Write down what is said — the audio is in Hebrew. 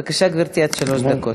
בבקשה, גברתי, עד שלוש דקות.